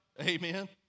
Amen